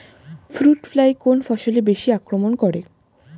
Fruit fly কোন ফসলে বেশি আক্রমন করে?